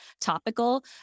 topical